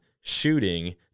shooting